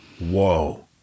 whoa